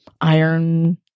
iron